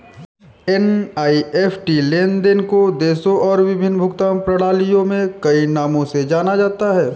NEFT लेन देन को देशों और विभिन्न भुगतान प्रणालियों में कई नामों से जाना जाता है